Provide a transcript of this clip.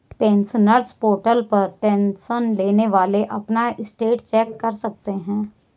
pensioners portal पर tension लेने वाली अपना स्टेटस चेक कर सकते हैं